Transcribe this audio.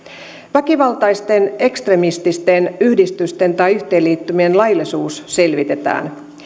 väkivaltaisten ekstremististen yhdistysten tai yhteenliittymien laillisuus selvitetään